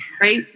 right